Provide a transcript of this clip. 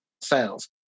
sales